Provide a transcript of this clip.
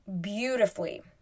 beautifully